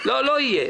לא יהיה.